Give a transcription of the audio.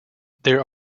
there